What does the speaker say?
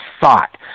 thought